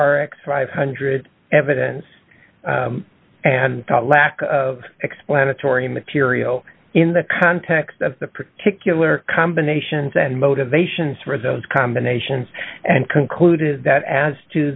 r x five hundred evidence and the lack of explanatory material in the context of the particular combinations and motivations for those combinations and concluded that as to